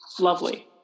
lovely